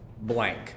blank